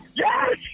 Yes